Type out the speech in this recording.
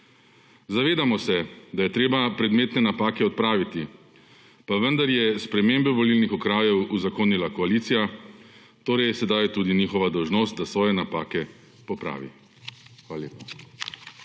Zavedamo se, da je treba predmetne napake odpraviti, pa vendar je spremembe volilnih okrajev uzakonila koalicija, torej je sedaj tudi njihova dolžnost, da svoje napake popravi. Hvala lepa.